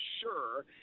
sure